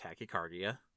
tachycardia